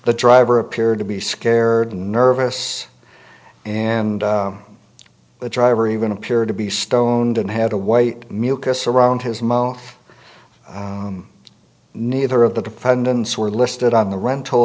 the driver appeared to be scared nervous and the driver even appeared to be stoned and had a white mucus around his mouth neither of the defendants were listed on the rental